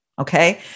Okay